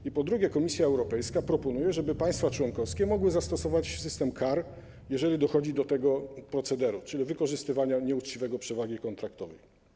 I po drugie Komisja Europejska proponuje, żeby państwa członkowskie mogły zastosować system kar, jeżeli dochodzi do tego procederu, czyli wykorzystywania nieuczciwego przewagi kontraktowej.